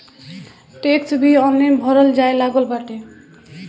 tax भी online भरल जाए लागल बाटे